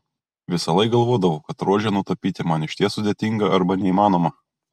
visąlaik galvodavau kad rožę nutapyti man išties sudėtinga arba neįmanoma